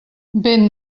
vent